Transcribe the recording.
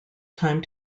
time